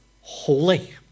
holy